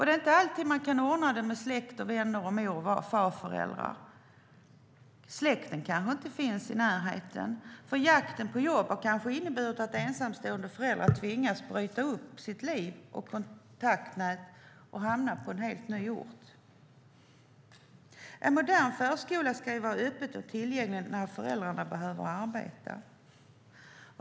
Det är inte alltid man kan ordna det med släkt och vänner eller mor och farföräldrar. Släkten kanske inte finns i närheten, för jakten på jobb kan ha inneburit att ensamstående föräldrar har tvingats bryta upp sitt liv och kontaktnät och flytta till en helt ny ort. En modern förskola ska vara öppen och tillgänglig när föräldrarna behöver arbeta.